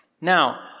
Now